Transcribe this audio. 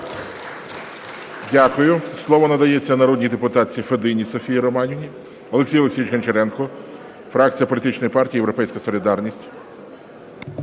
Дякую. Слово надається народній депутатці Федині Софії Романівні. Олексій Олексійович Гончаренко, фракція політичної партії "Європейська солідарність".